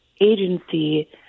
agency